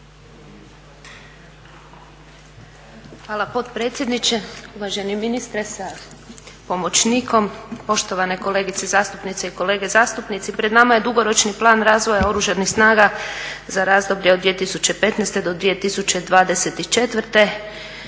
hvala potpredsjedniče. Uvaženi ministre sa pomoćnikom, poštovane kolegice zastupnice i kolege zastupnici. Pred nama je dugoročni plan razvoja Oružanih snaga za razdoblje od 2015.do 2024.